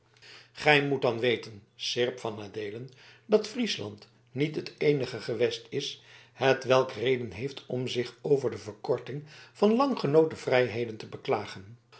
gij moet dan weten seerp van adeelen dat friesland niet het eenige gewest is hetwelk reden heeft om zich over de verkorting van lang genoten vrijheden te beklagen